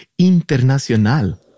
Internacional